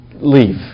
leave